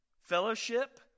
Fellowship